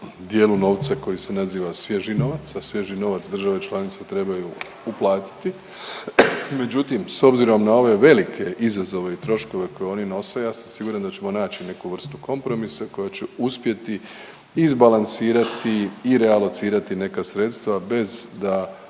dijelu novca koji se naziva svježi novac. Sa svježi novac države članice trebaju uplatiti. Međutim, s obzirom na ove velike izazove i troškove koji oni nose ja sam siguran da ćemo naći neku vrstu kompromisa koja će uspjeti izbalansirati i realocirati neka sredstva bez da